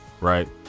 right